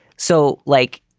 so like,